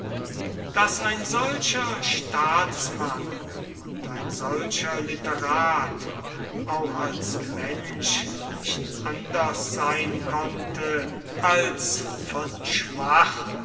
daß ein solcher staatsmann und ein solcher literat auch als mensch nicht anders sein konnte als von schwach